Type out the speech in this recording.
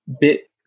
bit